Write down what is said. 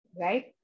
right